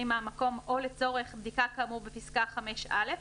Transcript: מהמקום או לצורך בדיקה כאמור בפסקה (5)(א),